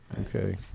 Okay